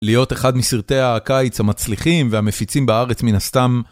להיות אחד מסרטי הקיץ המצליחים והמפיצים בארץ מן הסתם.